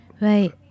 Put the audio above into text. Right